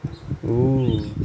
!woo!